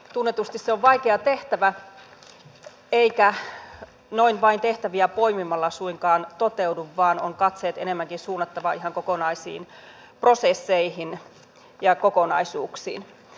tunnetusti se on vaikea tehtävä eikä noin vain tehtäviä poimimalla suinkaan toteudu vaan katseet on enemmänkin suunnattava ihan kokonaisiin prosesseihin ja kokonaisuuksiin